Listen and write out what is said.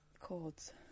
chords